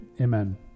Amen